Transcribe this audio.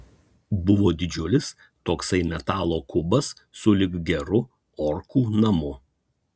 buvo didžiulis toksai metalo kubas sulig geru orkų namu